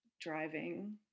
driving